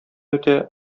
үтә